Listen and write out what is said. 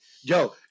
Yo